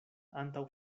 antaŭ